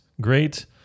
great